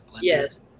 Yes